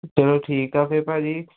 ਚਲੋ ਠੀਕ ਆ ਫਿਰ ਭਾਅ ਜੀ